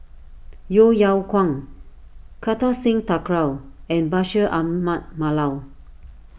Yeo Yeow Kwang Kartar Singh Thakral and Bashir Ahmad Mallal